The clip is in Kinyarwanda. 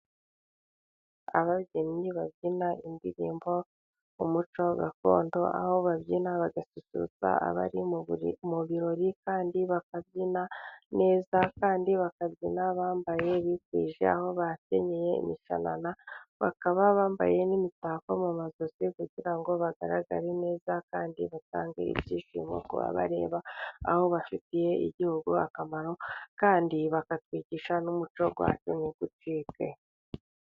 Ababyinnyi babyina indirimbo umuco gakondo, aho babyina bagasusurutsa abari mu birori, kandi bakabyina neza kandi bakabyina bambaye bikwije, aho bakenyeye imishanana, bakaba bambariye n'imitako mu majosi, kugira ngo bagaragare neza kandi batange ibyishimo kubabareba . Aho bafitiye igihugu akamaro kandi bakatwigisha n'umuco wacu nt'ucike.